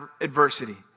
adversity